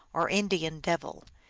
or indian devil.